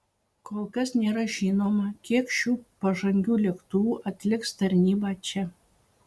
kol kas nėra žinoma kiek šių pažangių lėktuvų atliks tarnybą čia